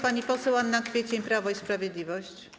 Pani poseł Anna Kwiecień, Prawo i Sprawiedliwość.